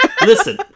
listen